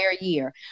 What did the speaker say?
year